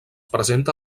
presenta